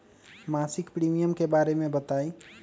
मासिक प्रीमियम के बारे मे बताई?